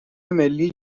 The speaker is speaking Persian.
ملی